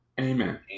amen